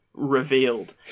Revealed